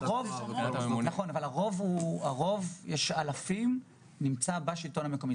אבל הרוב נמצא בשלטון המקומי.